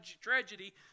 tragedy